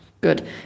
Good